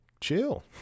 chill